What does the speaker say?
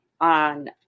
on